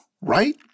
right